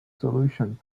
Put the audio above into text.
solution